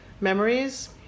memories